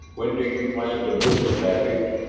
when do you plan to move, apaches?